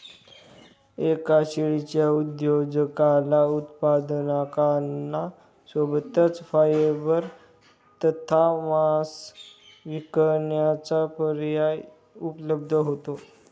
एका शेळीच्या उद्योजकाला उत्पादकांना सोबतच फायबर तथा मांस विकण्याचा पर्याय उपलब्ध होतो